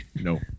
No